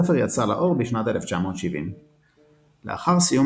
הספר יצא לאור בשנת 1970. לאחר סיום